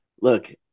Look